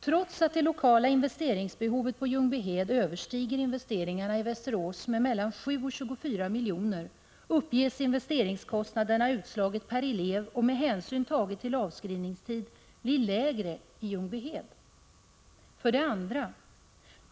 Trots att det totala investeringsbehovet på Ljungbyhed överstiger investeringarna i Västerås med mellan 7 och 24 miljoner uppges investeringskostnaderna utslagna per elev och med hänsyn tagen till avskrivningstid bli lägre i Ljungbyhed. 2.